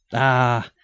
ah!